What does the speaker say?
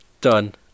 Done